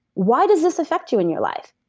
why does this affect you in your life?